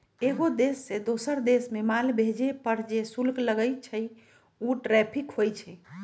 एगो देश से दोसर देश मे माल भेजे पर जे शुल्क लगई छई उ टैरिफ होई छई